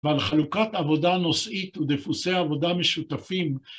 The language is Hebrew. ועל חלוקת עבודה נושאית ודפוסי עבודה משותפים.